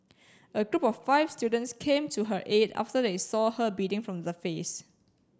a group of five students came to her aid after they saw her bleeding from her face